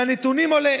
מהנתונים עולה